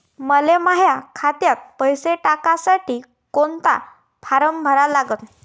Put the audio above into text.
मले माह्या खात्यात पैसे टाकासाठी कोंता फारम भरा लागन?